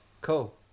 cool